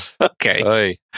Okay